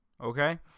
Okay